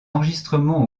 enregistrements